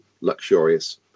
luxurious